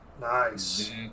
Nice